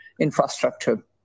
infrastructure